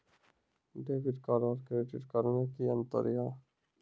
Debit card और credit card मे कि अंतर या?